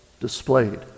displayed